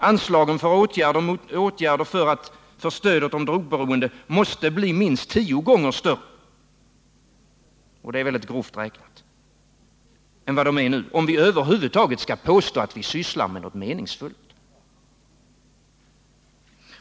Anslagen för åtgärder mot drogberoende måste bli, grovt räknat, minst tio gånger större än nu, om vi över huvud taget skall påstå att vi gör något meningsfullt.